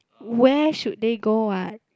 where should they go what